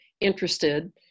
interested